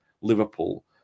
Liverpool